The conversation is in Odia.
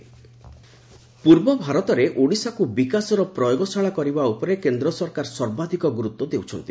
ଭର୍ଚ୍ଚଆଲ୍ ର୍ୟାଲି ପୂର୍ବ ଭାରତରେ ଓଡ଼ିଶାକୁ ବିକାଶର ପ୍ରୟୋଗଶାଳା କରିବା ଉପରେ କେନ୍ଦ୍ର ସରକାର ସର୍ବାଧିକ ଗୁରୁତ୍ୱ ଦେଉଛନ୍ତି